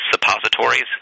suppositories